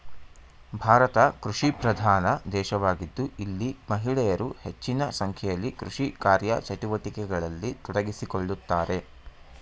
ಭಾರತ ಕೃಷಿಪ್ರಧಾನ ದೇಶವಾಗಿದ್ದು ಇಲ್ಲಿ ಮಹಿಳೆಯರು ಹೆಚ್ಚಿನ ಸಂಖ್ಯೆಯಲ್ಲಿ ಕೃಷಿ ಕಾರ್ಯಚಟುವಟಿಕೆಗಳಲ್ಲಿ ತೊಡಗಿಸಿಕೊಳ್ಳುತ್ತಾರೆ